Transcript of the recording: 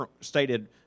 stated